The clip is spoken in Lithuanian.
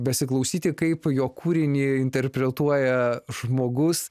besiklausyti kaip jo kūrinį interpretuoja žmogus